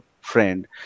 friend